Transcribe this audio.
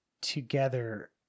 together